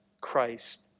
Christ